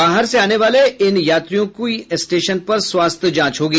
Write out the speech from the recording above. बाहर से आने वाले इनयात्रियों की स्टेशन पर स्वास्थ्य जांच होगी